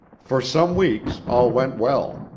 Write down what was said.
for some weeks all went well.